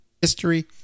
History